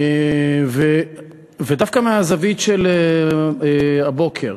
ודווקא מהזווית של הבוקר.